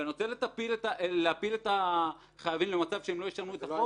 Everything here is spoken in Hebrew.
ואני רוצה להפיל את החייבים למצב שהם לא ישלמו את החוב,